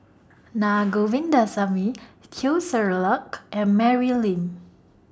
Na Govindasamy Teo Ser Luck and Mary Lim